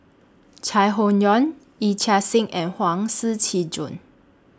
Chai Hon Yoong Yee Chia Hsing and Huang Shiqi Joan